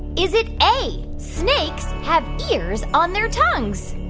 is it a, snakes have ears on their tongues?